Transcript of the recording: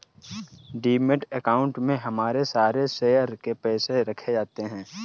demat account में हमारे सारे शेयर के पैसे रखे जाते हैं